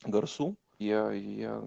garsų jie jie